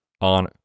on